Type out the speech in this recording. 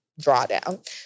drawdown